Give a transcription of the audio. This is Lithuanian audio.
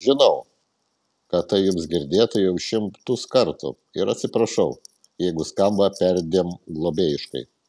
žinau kad tai jums girdėta jau šimtus kartų ir atsiprašau jeigu skamba perdėm globėjiškai